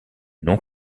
non